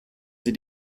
sie